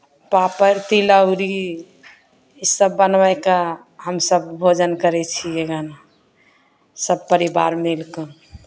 पापड़ तिलौरी ईसभ बनबाय कऽ हमसभ भोजन करै छियै हन सभ परिवार मिलि कऽ